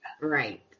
Right